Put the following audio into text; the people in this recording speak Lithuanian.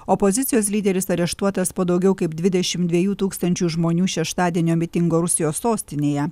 opozicijos lyderis areštuotas po daugiau kaip dvidešim dviejų tūkstančių žmonių šeštadienio mitingo rusijos sostinėje